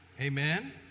Amen